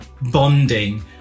bonding